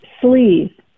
Sleeve